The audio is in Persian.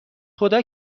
خدا